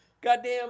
goddamn